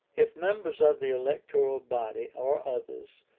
if members of the electoral body, or others,